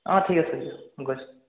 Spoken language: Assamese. অঁ ঠিক আছে গৈছোঁ